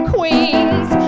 Queens